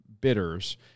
bitters